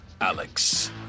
Alex